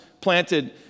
planted